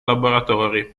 laboratori